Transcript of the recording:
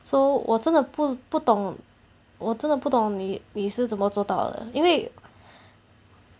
so 我真的不不懂我真的不懂你你是怎么做到的因为